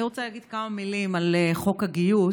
אני רוצה לומר כמה מילים על חוק הגיוס,